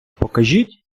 покажіть